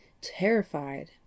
terrified